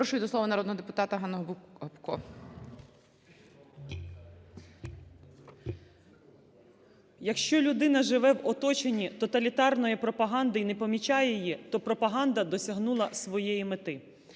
"Якщо людина живе в оточенні тоталітарної пропаганди і не помічає її, то пропаганда досягнула своєї мети",